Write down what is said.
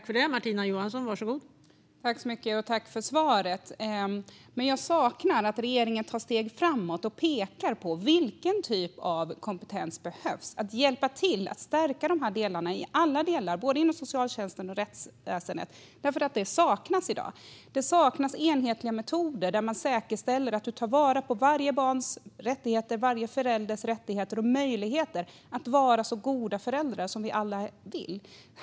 Fru talman! Tack för svaret! Jag saknar dock att regeringen tar steg framåt och pekar på vilken typ av kompetens som behövs för att hjälpa till att stärka de här sakerna i alla delar - både inom socialtjänsten och inom rättsväsendet. Det saknas i dag. Det saknas enhetliga metoder där man säkerställer att man tar vara på varje barns rättigheter och varje förälders rättigheter och möjligheter att vara så goda föräldrar som vi alla vill.